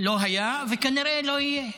לא היה וכנראה לא יהיה.